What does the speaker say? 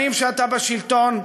שנים שאתה בשלטון,